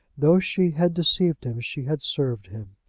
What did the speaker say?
though she had deceived him, she had served him.